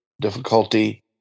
difficulty